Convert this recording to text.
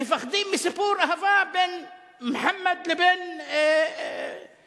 מפחדים מסיפור אהבה בין מוחמד לבין חנאן.